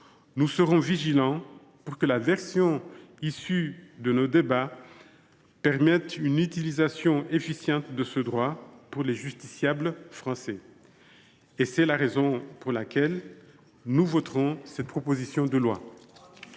nous serons vigilants pour que la version issue de nos débats permette une utilisation efficace de ce droit par les justiciables français. C’est la raison pour laquelle nous voterons cette proposition de loi.